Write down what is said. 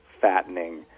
fattening